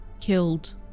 killed